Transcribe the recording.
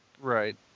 Right